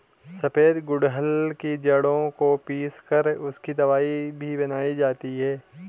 सफेद गुड़हल की जड़ों को पीस कर उसकी दवाई भी बनाई जाती है